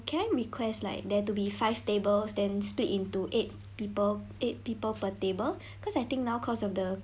can request like there to be five tables then split into eight people eight people per table because I think now cause of the